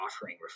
offering